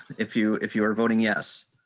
if you if you are voting yes.